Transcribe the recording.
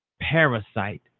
parasite